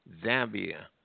Zambia